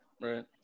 Right